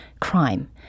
crime